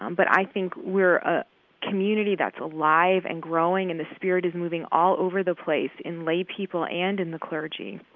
um but i think we're a community that's alive and growing, and the spirit is moving all over the place in lay people and in the clergy.